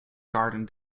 garden